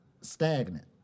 stagnant